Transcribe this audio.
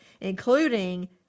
including